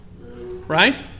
Right